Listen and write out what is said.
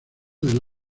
del